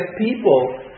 people